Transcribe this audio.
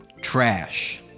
trash